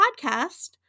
Podcast